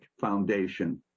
foundation